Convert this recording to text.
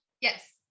Yes